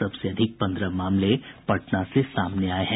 सबसे अधिक पन्द्रह मामले पटना से सामने आये हैं